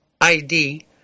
ID